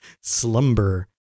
Slumber